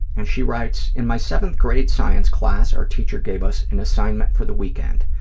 and she writes, in my seventh grade science class, our teacher gave us an assignment for the weekend,